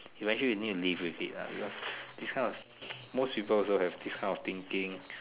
eventually you need to live with it because this kind of most people will also have this kind of thinking